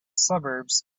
suburbs